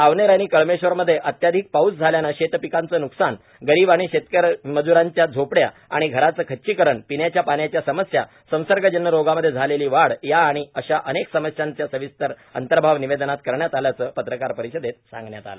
सावनेर आणि कळमेश्वरमध्ये अत्याधिक पाऊस झाल्यानं शेत पीकांचं न्कसान गरीब आणि शेतमज्रांच्या झोपडया आणि घरांचं खच्चीकरण पिण्याच्या पाण्याच्या समस्या संसर्गजन्य रोगांमध्ये झालेली वाढ या आणि अशा अनेक समस्यांचा सविस्तर अंतर्भाव निवेदनात करण्यात आल्याचं पत्रकार परिषदेत सांगण्यात आलं